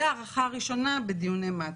והארכה ראשונה בדיוני מעצרים.